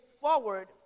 forward